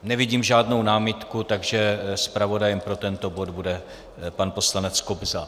Nevidím žádnou námitku, takže zpravodajem pro tento bod bude pan poslanec Kobza.